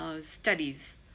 studies